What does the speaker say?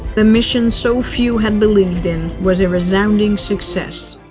the mission so few had believed in was a resounding success.